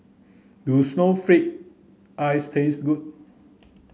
does snowflake ice taste good